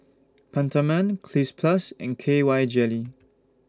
Peptamen Cleanz Plus and K Y Jelly